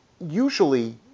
usually